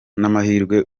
n’amahirwe